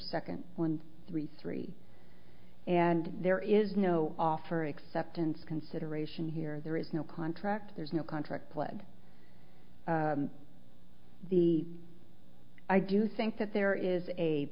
second one three three and there is no offer acceptance consideration here there is no contract there's no contract pled the i do think that there is a